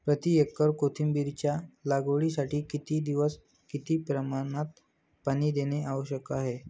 प्रति एकर कोथिंबिरीच्या लागवडीसाठी किती दिवस किती प्रमाणात पाणी देणे आवश्यक आहे?